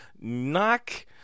knock